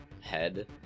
head